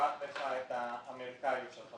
שקובעת לך את האמריקאיות שלך.